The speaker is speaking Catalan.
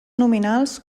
nominals